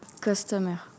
customer